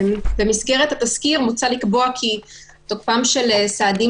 במסגרת התזכיר מוצע לקבוע כי תוקפם של סעדים